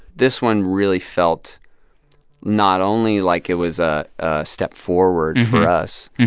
this one really felt not only like it was a step forward for us